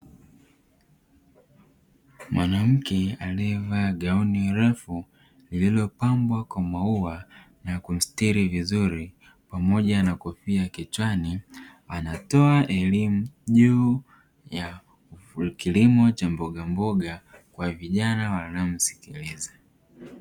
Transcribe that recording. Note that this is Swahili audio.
Mwanamke aliyevaa gauni refu lililopambwa kwa maua na kumstiri vizuri pamoja na kofia kichwani, anatoa elimu juu ya kilimo cha mbogamboga kwa vijana wanaomsikiliza.